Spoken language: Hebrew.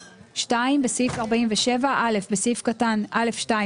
(2) בסעיף 47 - (א) בסעיף קטן (א2),